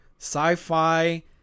sci-fi